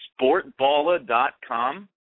SportBala.com